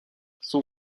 son